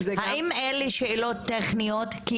האם אלה שאלות טכניות,